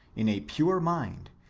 in a pure mind,